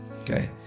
Okay